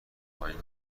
پایین